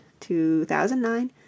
2009